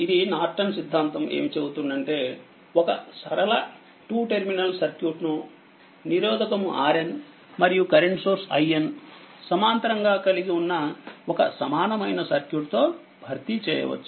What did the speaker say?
ఇదినార్టన్సిద్ధాంతం ఏమి చెబుతుందంటే ఒక సరళ2టెర్మినల్ సర్క్యూట్ ను నిరోధకము RN మరియు కరెంట్ సోర్స్ IN సమాంతరంగా కలిగి వున్న ఒక సమానమైన సర్క్యూట్ తో భర్తీ చేయవచ్చు